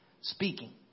speaking